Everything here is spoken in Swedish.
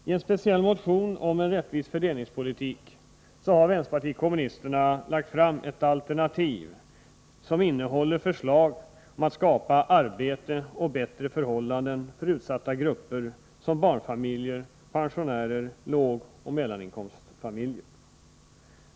I en speciell motion om en rättvis fördelningspolitik har vpk lagt fram ett alternativ som innehåller förslag för att skapa arbete och bättre förhållanden för utsatta grupper som barnfamiljer, pensionärer och lågoch mellaninkomstfamiljer.